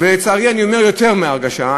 ולצערי אני אומר שזה יותר מהרגשה,